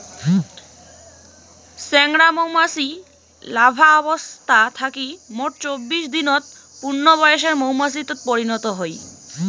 চেংরা মৌমাছি লার্ভা অবস্থা থাকি মোট চব্বিশ দিনত পূর্ণবয়সের মৌমাছিত পরিণত হই